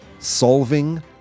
Solving